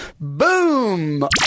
boom